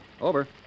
Over